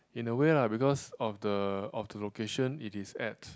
in a way lah because of the of the location it is at